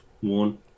one